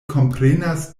komprenas